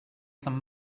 some